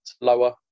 lower